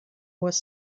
was